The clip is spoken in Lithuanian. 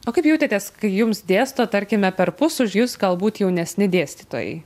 o kaip jautėtės kai jums dėsto tarkime perpus už jus galbūt jaunesni dėstytojai